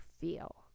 feel